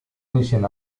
misión